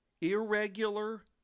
Irregular